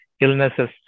illnesses